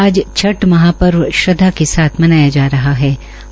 आज छठ महापर्व श्रद्वा के साथ मनाया जा रहा हा